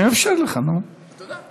שלוש דקות.